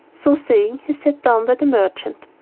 so saying he sat down by the merchant.